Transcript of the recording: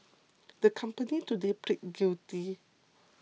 the company today pleaded guilty